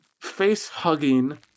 face-hugging